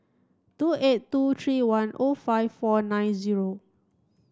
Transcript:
two eight two three one O five four nine zero